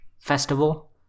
festival